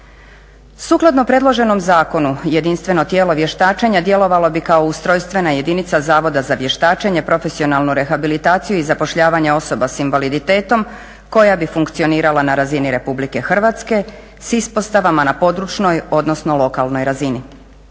Sukladno predloženom zakonu jedinstveno tijelo vještačenja djelovalo bi kao ustrojstvena jedinica Zavoda za vještačenja, profesionalnu rehabilitaciju i zapošljavanje osoba sa invaliditetom koja bi funkcionirala na razini Republike Hrvatske s ispostavama na područnoj, odnosno lokalnoj razini.